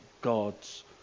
God's